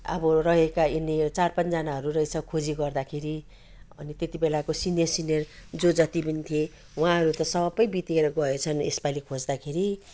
अब रहेका यिनीहरू यो चार पाँचजनाहरू रहेछ खोजी गर्दाखेरि अनि त्यति बेलाको सिनियर सिनियर जो जति पनि थिए उहाँहरू त सबै बितेर गएछन् यसपाली खोज्दाखेरि